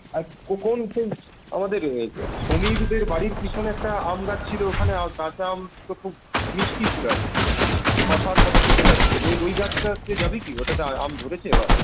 আর কোন কোন আমাদের সমীরদের বাড়ির পিছনে একটা আম গাছ ছিল ওখানে কাঁচা আম তো খুব মিষ্টি ছিল আর কি শসার মত খেতে লাগতো ওই ওই গাছটা তে যাবি কি ওটাতে আম ধরেছে এবার